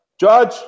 Judge